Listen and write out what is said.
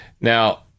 Now